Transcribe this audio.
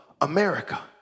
america